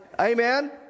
Amen